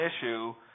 issue